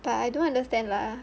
but I don't understand lah